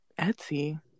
Etsy